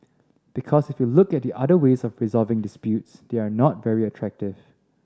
because if you look at the other ways of resolving disputes they are not very attractive